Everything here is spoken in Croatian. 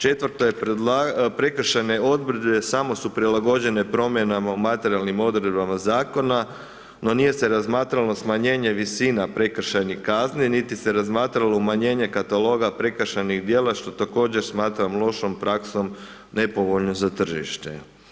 Četvrto je prekršajne odredbe samo su prilagođene promjenama u materijalnim odredbama zakona, no nije se razmatralo smanjenje visina prekršajnih kazni, niti se razmatralo umanjenje kataloga prekršajnih djela što također smatram lošom praksom nepovoljnom za tržište.